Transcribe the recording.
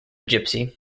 gypsy